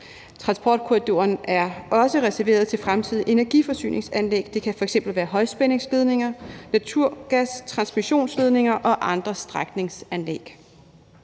Transportkorridoren er også reserveret til fremtidige energiforsyningsanlæg – det kan f.eks. være højspændingsledninger, naturgastransmissionsledninger og andre strækningsanlæg.